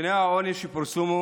נתוני העוני שפורסמו,